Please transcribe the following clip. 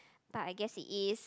but I guess it is